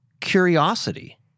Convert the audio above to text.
curiosity